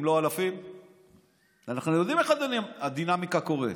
איתן, אתה רוצה להפריע לי, אז הינה, בבקשה, דבר.